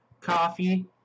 coffee